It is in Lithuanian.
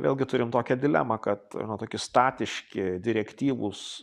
vėlgi turim tokią dilemą kad tokie statiški direktyvūs